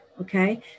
Okay